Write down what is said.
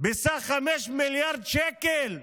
בסך 5 מיליארד שקל,